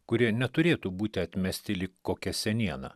kurie neturėtų būti atmesti lyg kokia seniena